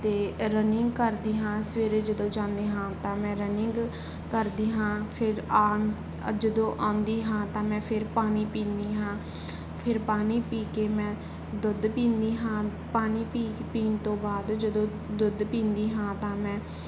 ਅਤੇ ਰਨਿੰਗ ਕਰਦੀ ਹਾਂ ਸਵੇਰੇ ਜਦੋਂ ਜਾਂਦੀ ਹਾਂ ਤਾਂ ਮੈਂ ਰਨਿੰਗ ਕਰਦੀ ਹਾਂ ਫਿਰ ਆਉਣ ਜਦੋਂ ਆਉਂਦੀ ਹਾਂ ਤਾਂ ਮੈਂ ਫਿਰ ਪਾਣੀ ਪੀਂਦੀ ਹਾਂ ਫਿਰ ਪਾਣੀ ਪੀ ਕੇ ਮੈਂ ਦੁੱਧ ਪੀਂਦੀ ਹਾਂ ਪਾਣੀ ਪੀਣ ਤੋਂ ਬਾਅਦ ਜਦੋਂ ਦੁੱਧ ਪੀਂਦੀ ਹਾਂ ਤਾਂ ਮੈਂ